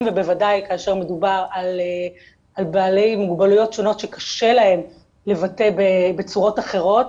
ובוודאי כאשר מדובר על בעלי מוגבלויות שונות שקשה להם לבטא בצורות אחרות.